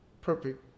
perfect